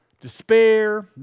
despair